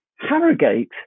Harrogate